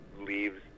leaves